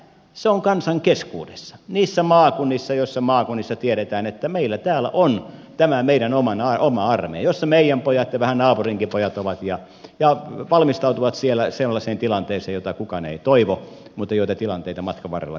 se on kansan keskuudessa niissä maakunnissa joissa maakunnissa tiedetään että meillä täällä on tämä meidän oma armeija jossa meidän pojat ja vähän naapurinkin pojat ovat ja valmistautuvat siellä sellaiseen tilanteeseen jota kukaan ei toivo mutta joita tilanteita matkan varrella kuitenkin tulee